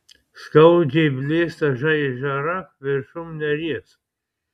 skaudžiai blėsta žaižara viršum neries